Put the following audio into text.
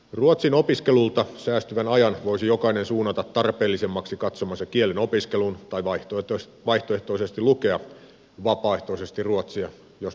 ruotsin opiskelulta säästyvän ajan voisi jokainen suunnata tarpeellisemmaksi katsomansa kielen opiskeluun tai vaihtoehtoisesti lukea vapaaehtoisesti ruotsia jos parhaaksi niin katsoo